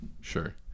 sure